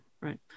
right